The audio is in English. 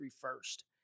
first